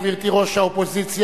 גברתי ראש האופוזיציה,